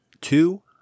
two